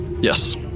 Yes